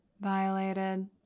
Violated